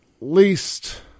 least